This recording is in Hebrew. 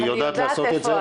הזה.